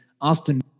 Austin